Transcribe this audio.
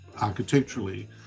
architecturally